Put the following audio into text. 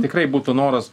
tikrai būtų noras